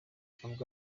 ntabwo